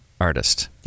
artist